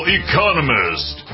economist